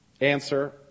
answer